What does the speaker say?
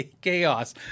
chaos